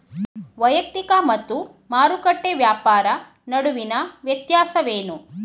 ವೈಯಕ್ತಿಕ ಮತ್ತು ಮಾರುಕಟ್ಟೆ ವ್ಯಾಪಾರ ನಡುವಿನ ವ್ಯತ್ಯಾಸವೇನು?